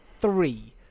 three